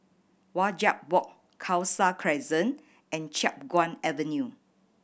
Wajek Walk Khalsa Crescent and Chiap Guan Avenue